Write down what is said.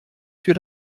für